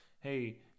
Hey